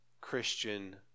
Christian